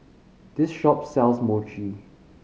this shop sells Mochi